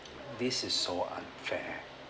this is so unfair